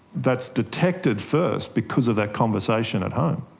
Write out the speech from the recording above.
that's detected first because of that conversation at home.